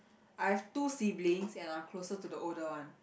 I've two siblings and I'm closer to the older one